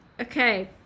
Okay